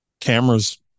cameras